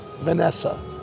Vanessa